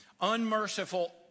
unmerciful